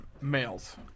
males